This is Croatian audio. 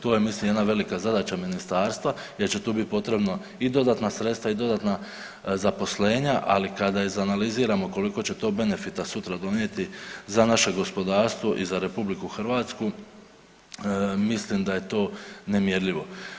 To je mislim jedna velika zadaća ministarstva jer će tu biti potrebno i dodatna sredstva i dodatna zaposlenja, ali kada izanaliziramo koliko će to benefita sutra donijeti za naše gospodarstvo i za RH mislim da je to nemjerljivo.